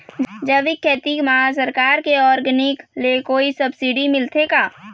जैविक खेती म सरकार के ऑर्गेनिक ले कोई सब्सिडी मिलथे का?